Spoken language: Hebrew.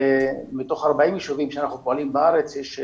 מתך 40 ישובים בהם אנחנו פועלים בארץ,